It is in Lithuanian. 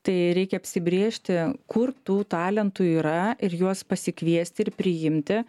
tai reikia apsibrėžti kur tų talentų yra ir juos pasikviesti ir priimti